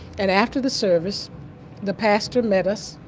and after the service the pastor met us,